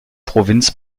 provinz